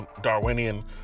Darwinian